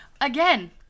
Again